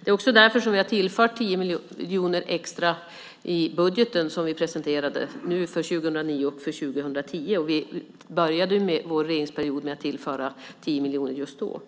Det är också därför som vi har tillfört 10 miljoner extra i budgeten för 2009 och för 2010, och vi började vår regeringsperiod med att tillföra 10 miljoner just då.